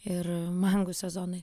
ir mangų sezonai